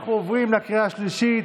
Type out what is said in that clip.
אנחנו עוברים לקריאה השלישית.